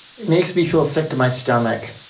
it makes me feel sick to my stomach.